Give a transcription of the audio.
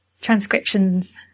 Transcriptions